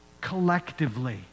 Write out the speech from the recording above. collectively